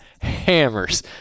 hammers